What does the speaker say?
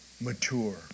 Mature